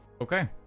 okay